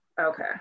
okay